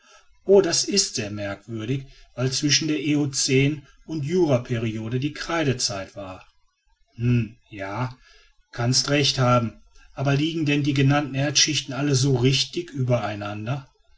o das ist sehr merkwürdig weil zwischen der eocän und juraperiode die kreidezeit war hm ja kannst recht haben aber liegen dann die genannten erdschichten alle so richtig übereinander